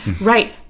right